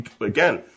again